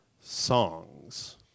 songs